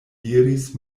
diris